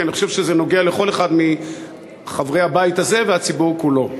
כי אני חושב שזה נוגע לכל אחד מחברי הבית הזה ולציבור כולו.